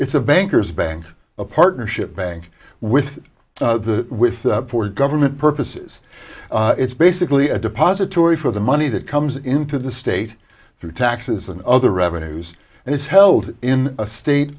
it's a bankers bank a partnership bank with the with for government purposes it's basically a depository for the money that comes into the state through taxes and other revenues and it's held in a state